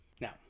Now